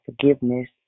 forgiveness